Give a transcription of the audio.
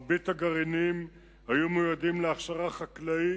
רוב הגרעינים היו מיועדים להכשרה חקלאית,